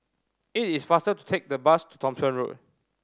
it is faster to take the bus to Thomson Road